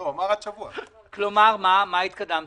מה התקדמתם?